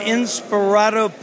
Inspirato